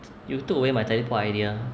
you took away my teleport idea